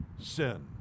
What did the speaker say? sin